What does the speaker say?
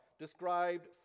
described